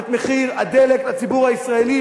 את מחיר הדלק לציבור הישראלי.